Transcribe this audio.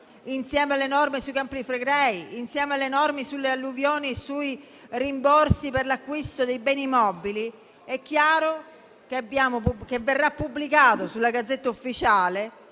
insieme alle norme sui Campi Flegrei, insieme alle norme sulle alluvioni e sui rimborsi per l'acquisto dei beni mobili, è chiaro che sulla *Gazzetta Ufficiale*